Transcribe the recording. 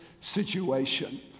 situation